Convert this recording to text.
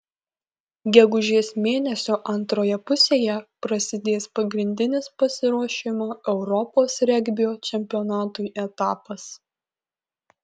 gegužės mėnesio antroje pusėje prasidės pagrindinis pasiruošimo europos regbio čempionatui etapas